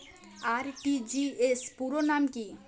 RTGS পুরো নাম কি?